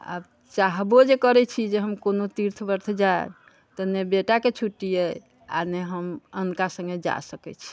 आब चाहबो जे करै छी जे हम कोनो तीर्थ व्रत जाइ तऽ नहि बेटाकेँ छुट्टी अइ आ नहि हम अनका सङ्गे जा सकै छी